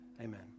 Amen